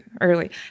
early